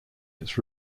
its